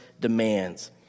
demands